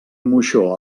moixó